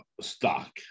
stock